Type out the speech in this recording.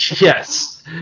yes